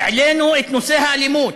העלינו את נושא האלימות,